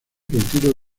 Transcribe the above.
retiro